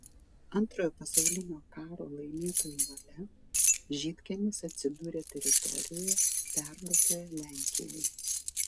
antrojo pasaulinio karo laimėtojų valia žydkiemis atsidūrė teritorijoje perduotoje lenkijai